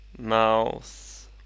mouth